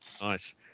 nice